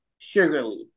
Sugarly